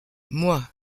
moi